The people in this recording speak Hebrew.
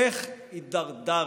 איך הידרדרתם?